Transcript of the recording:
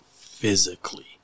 physically